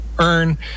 earn